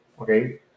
Okay